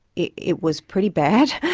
it was pretty bad.